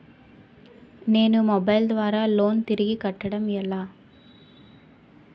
నేను మొబైల్ ద్వారా లోన్ తిరిగి కట్టడం ఎలా?